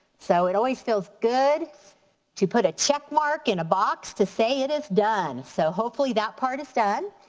so it always feels good to put a check mark in a box to say it is done. so hopefully that part is done.